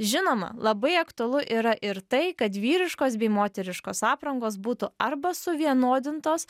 žinoma labai aktualu yra ir tai kad vyriškos bei moteriškos aprangos būtų arba suvienodintos